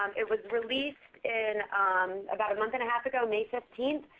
um it was released and um about a month and a half ago, may fifteen.